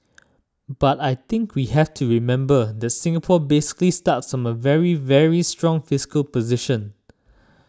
but I think we have to remember that Singapore basically starts from a very very strong fiscal position